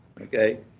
Okay